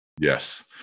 Yes